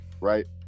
right